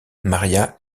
maria